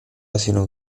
asino